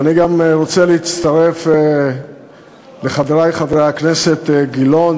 ואני גם רוצה להצטרף לחברי חברי הכנסת גילאון